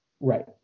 Right